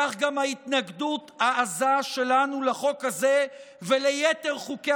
כך גם ההתנגדות העזה שלנו לחוק הזה וליתר חוקי